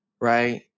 Right